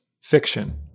Fiction